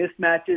mismatches